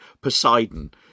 Poseidon